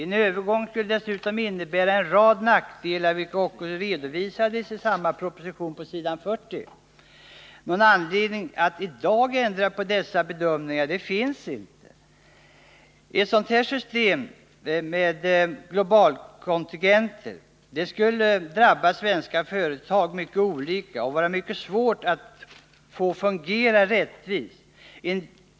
En övergång skulle dessutom innebära en rad nackdelar, vilket också redovisades i samma proposition, s. 40. Någon anledfing att i dag ändra på dessa bedömningar finns inte. Ett system med globalkontingenter skulle drabba svenska företag mycket olika och vara mycket svårt att få att fungera rättvist.